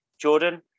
Jordan